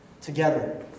Together